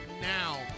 now